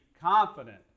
confident